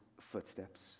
footsteps